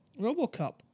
Robocop